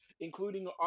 including